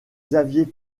xavier